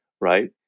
right